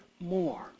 more